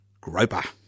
Groper